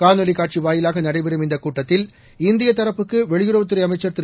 காணொளிக்காட்சி வாயிலாக நடைபெறும் இந்தக் கூட்டத்தில் இந்தியத் தரப்புக்கு வெளியுறவுத்துறை அமைச்சர் திரு